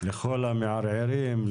לכל המערערים,